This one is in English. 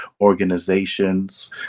organizations